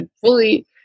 fully